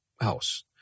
House